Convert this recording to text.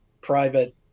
private